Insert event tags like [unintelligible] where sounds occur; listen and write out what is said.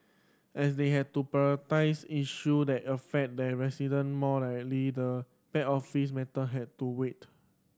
as they had to [unintelligible] issue that affected their resident more [unintelligible] the back office matter had to wait